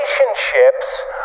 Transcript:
relationships